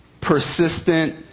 persistent